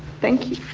thank you.